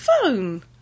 phone